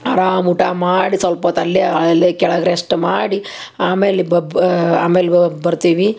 ಅರಾಮ ಊಟ ಮಾಡಿ ಸಲ್ಪೊತ್ತು ಅಲ್ಲೇ ಅಲ್ಲೇ ಕೆಳಗೆ ರೆಸ್ಟ್ ಮಾಡಿ ಆಮೇಲೆ ಬಬ್ ಆಮೇಲೆ ಬರ್ತೀವಿ